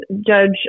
judge